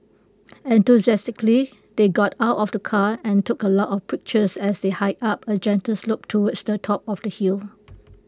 enthusiastically they got out of the car and took A lot of pictures as they hiked up A gentle slope to slop top of the hill